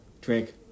drink